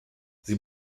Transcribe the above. sie